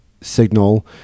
signal